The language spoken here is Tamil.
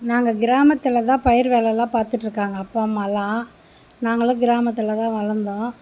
நாங்கள் கிராமத்துலதான் பயிர் வேலைல்லாம் பார்த்துட்டு இருக்காங்க அப்பா அம்மாலாம் நாங்கலாம் கிராமத்துல தான் வளர்ந்தோம்